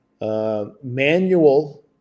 manual